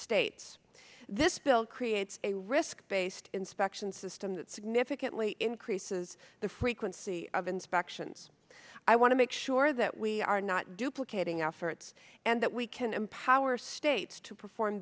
states this bill creates a risk based inspection system that significantly increases the frequency of inspections i want to make sure that we are not duplicating efforts and that we can empower states to perform